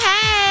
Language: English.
hey